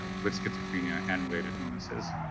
ah with schizophrenia and related illnesses.